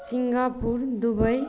Singapore Dubai